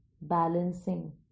balancing